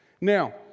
Now